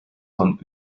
von